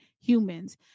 humans